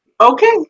Okay